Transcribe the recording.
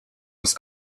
aus